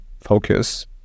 focus